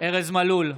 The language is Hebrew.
ארז מלול,